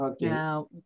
now